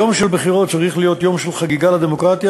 יום של בחירות צריך להיות יום של חגיגה לדמוקרטיה,